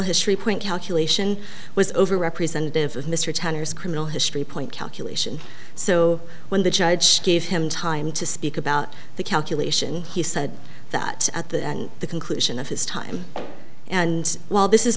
history point calculation was over representative of mr tanner's criminal history point calculation so when the judge gave him time to speak about the calculation he said that at the end the conclusion of his time and while this is